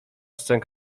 sęk